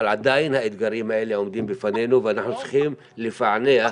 אבל עדיין האתגרים האלה עומדים בפנינו ואנחנו צריכים לפענח